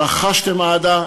רכשתם אהדה,